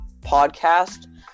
podcast